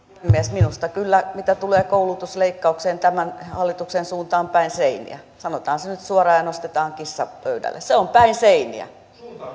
minusta kyllä mitä tulee koulutusleikkaukseen tämän hallituksen suunta on päin seiniä sanotaan se nyt suoraan ja nostetaan kissa pöydälle se on päin seiniä